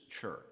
church